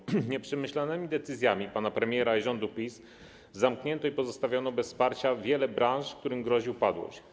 Na podstawie nieprzemyślanych decyzji pana premiera i rządu PiS zamknięto i pozostawiono bez wsparcia wiele branż, którym grozi upadłość.